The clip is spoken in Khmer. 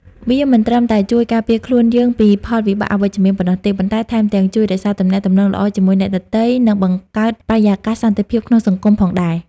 វាមិនត្រឹមតែជួយការពារខ្លួនយើងពីផលវិបាកអវិជ្ជមានប៉ុណ្ណោះទេ ប៉ុន្តែថែមទាំងជួយរក្សាទំនាក់ទំនងល្អជាមួយអ្នកដទៃ និងបង្កើតបរិយាកាសសន្តិភាពក្នុងសង្គមផងដែរ។